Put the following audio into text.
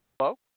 Hello